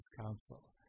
Council